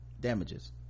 damages